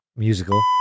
musical